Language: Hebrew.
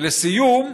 ולסיום,